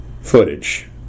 footage